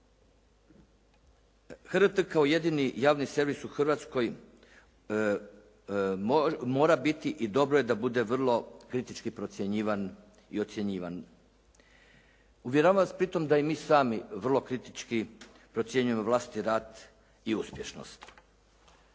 javni servis u Hrvatskoj mora biti i dobro je da bude vrlo kritički procjenjivan i ocjenjivan. Uvjeravam vas da pri tome da i mi sami vrlo kritički procjenjujemo vlastiti rad i uspješnost.